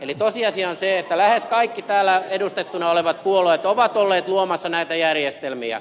eli tosiasia on se että lähes kaikki täällä edustettuna olevat puolueet ovat olleet luomassa näitä järjestelmiä